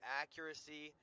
accuracy